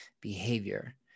behavior